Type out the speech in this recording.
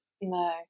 No